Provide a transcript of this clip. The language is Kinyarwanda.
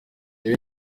ibi